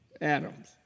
Adams